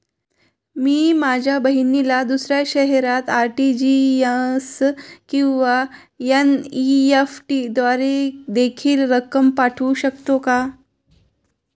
मी माझ्या बहिणीला दुसऱ्या शहरात आर.टी.जी.एस किंवा एन.इ.एफ.टी द्वारे देखील रक्कम पाठवू शकतो का?